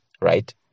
right